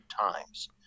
times